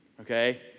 Okay